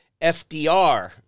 FDR